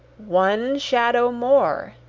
one shadow more!